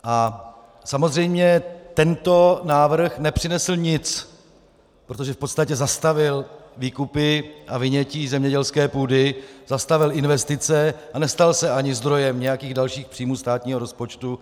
A samozřejmě tento návrh nepřinesl nic, protože v podstatě zastavil výkupy a vynětí zemědělské půdy, zastavil investice a nestal se ani zdrojem nějakých dalších příjmů státního rozpočtu.